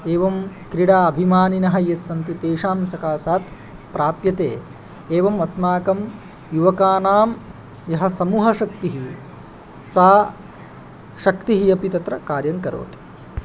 एवं क्रीडा अभिमानिनः ये सन्ति तेषां सकाशात् प्राप्यते एवम् अस्माकं युवकानां यः समूहशक्तिः सा शक्तिः अपि तत्र कार्यं करोति